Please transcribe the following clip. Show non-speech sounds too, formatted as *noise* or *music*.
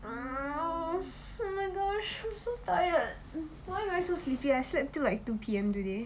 *noise* oh my gosh I'm so tired why am I so sleepy I slept till like two P_M today